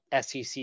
SEC